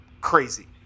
crazy